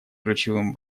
ключевым